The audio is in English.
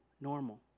normal